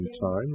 time